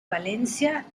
valencia